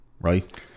Right